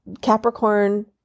Capricorn